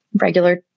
regular